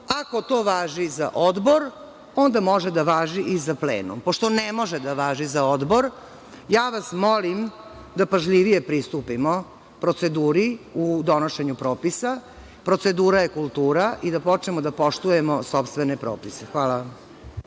Ako to važi za Odbor, onda može da važi i za plenum. Pošto ne može da važi za Odbor, ja vas molim da pažljivije pristupimo proceduri u donošenju propisa, procedura je kultura i da počnemo da poštujemo sopstvene propise. Hvala.